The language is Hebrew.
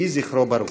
יהי זכרו ברוך.